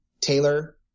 Taylor